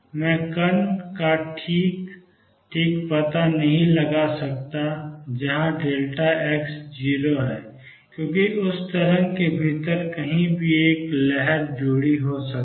मैं कण का ठीक ठीक पता नहीं लगा सकता जहां x 0 है क्योंकि उस तरंग के भीतर कहीं भी एक लहर जुड़ी हो सकती है